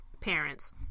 parents